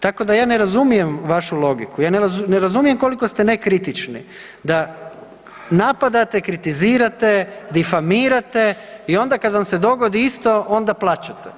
Tako da ja ne razumijem vašu logiku, ne razumijem koliko ste nekritični da napadate, kritizirate, difamirate i onda kad vam se dogodi isto onda plačete.